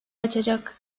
açacak